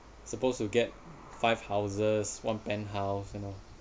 supposed to get five houses one penthouse you know